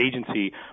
agency